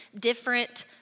different